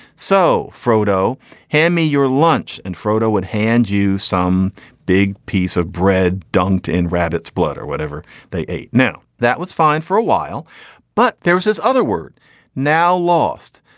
so frodo hand me your lunch and frodo would hand you some big piece of bread dunked in rabbit's blood or whatever they eat. now that was fine for a while but there was this other word now lost.